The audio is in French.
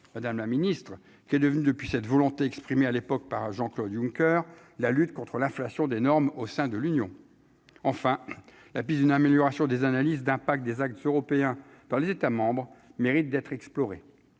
madame la ministre, qui est devenue depuis cette volonté exprimée à l'époque par Jean-Claude Juncker, la lutte contre l'inflation des normes au sein de l'Union, enfin la une amélioration des analyses d'impact des axes européens dans les États mérite d'être explorées,